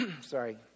sorry